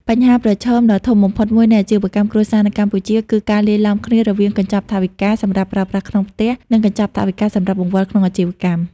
បញ្ហាប្រឈមដ៏ធំបំផុតមួយនៃអាជីវកម្មគ្រួសារនៅកម្ពុជា គឺការលាយឡំគ្នារវាងកញ្ចប់ថវិកាសម្រាប់ប្រើប្រាស់ក្នុងផ្ទះ និងកញ្ចប់ថវិកាសម្រាប់បង្វិលក្នុងអាជីវកម្ម។